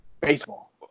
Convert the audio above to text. Baseball